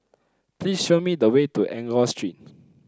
please show me the way to Enggor Street